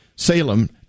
Salem